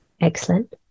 Excellent